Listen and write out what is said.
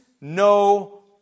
no